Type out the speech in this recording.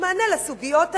שייתנו מענה לסוגיות האלה.